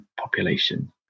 population